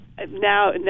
Now